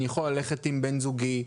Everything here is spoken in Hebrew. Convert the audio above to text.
אני יכול ללכת עם בן זוגי.